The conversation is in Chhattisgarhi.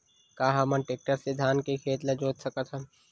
का हमन टेक्टर से धान के खेत ल जोत सकथन?